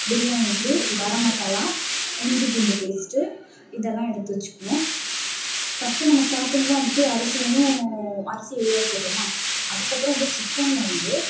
பிரியாணி தூள் கரம் மசாலா இஞ்சி பூண்டு பேஸ்ட் இதல்லாம் எடுத்து வச்சிக்கணும் ஃபர்ஸ்ட்டு நம்ம ஸ்டார்டிங்கில் வந்துட்டு அரிசியும் அரிசியை ஊற வச்சுறோமா அதுக்கு அப்புறம் வந்து சிக்கனில் வந்து